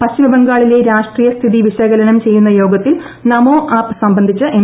പശ്ചിമ ബംഗാളിലെ രാഷ്ട്രീയ സ്ഥിതി വിശകലനം ചെയ്യുന്ന യോഗത്തിൽ നമോ സംബന്ധിച്ച് ആപ്പ് എം